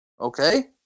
Okay